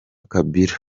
kabila